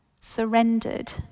surrendered